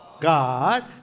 God